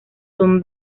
son